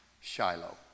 Shiloh